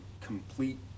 complete